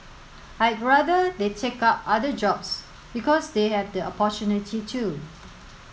I'd rather they take up other jobs because they have the opportunity to